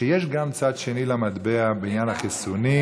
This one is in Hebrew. שיש גם צד שני למטבע בעניין החיסונים,